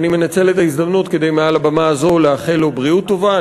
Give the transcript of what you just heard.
אני מנצל את ההזדמנות מעל הבמה הזו כדי לאחל לו בריאות טובה.